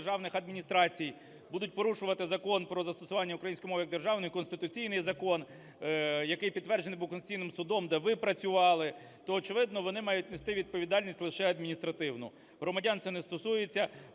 державних адміністрацій будуть порушувати Закон про застосування української мови як державної, конституційний закон, який підтверджений був Конституційним Судом, де ви працювали, то, очевидно, вони мають нести відповідальність лише адміністративну. Громадян це не стосується.